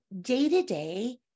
day-to-day